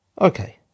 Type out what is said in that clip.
Okay